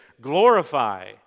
Glorify